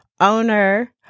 owner